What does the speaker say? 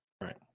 Right